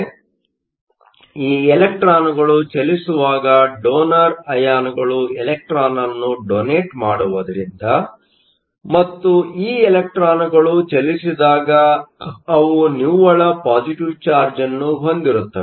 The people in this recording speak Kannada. ಆದ್ದರಿಂದ ಈ ಇಲೆಕ್ಟ್ರಾನ್ಗಳು ಚಲಿಸುವಾಗ ಡೋನರ್Donor ಅಯಾನುಗಳು ಇಲೆಕ್ಟ್ರಾನ್ ಅನ್ನು ಡೊನೆಟ್ ಮಾಡುವುದರಿಂದ ಮತ್ತು ಈ ಇಲೆಕ್ಟ್ರಾನ್ಗಳು ಚಲಿಸಿದಾಗ ಅವು ನಿವ್ವಳ ಪಾಸಿಟಿವ್ ಚಾರ್ಜ್Positive charge ಅನ್ನು ಹೊಂದಿರುತ್ತವೆ